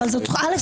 א',